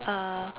uh